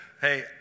Hey